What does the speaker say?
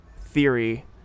theory